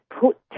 put